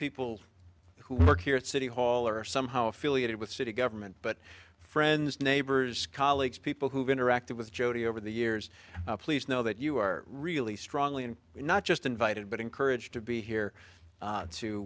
people who work here at city hall or somehow affiliated with city government but friends neighbors colleagues people who've interacted with jodi over the years please know that you are really strongly and not just invited but encouraged to be here